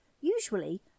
Usually